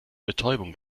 betäubung